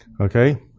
Okay